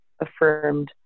affirmed